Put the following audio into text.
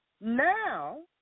Now